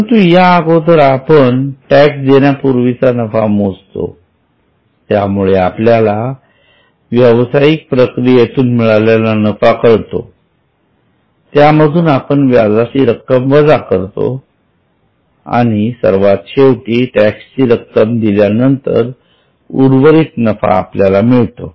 परंतु याअगोदर आपण टॅक्स देण्या पूर्वीचा नफा मोजतो त्यामुळे आपल्या व्यवसायिक प्रक्रियेतुन मिळालेला नफा आपल्याला कळतो त्यामधून आपण व्याजाची रक्कम वजा करतो आणि सर्वात शेवटी टॅक्सची रक्कम दिल्यानंतर उर्वरित नफा आपल्याला मिळतो